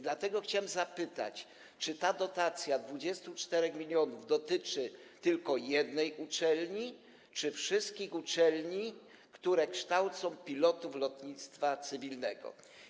Dlatego chciałem zapytać, czy ta dotacja 24 mln dotyczy tylko jednej uczelni, czy wszystkich uczelni, które kształcą pilotów lotnictwa cywilnego.